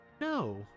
No